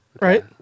right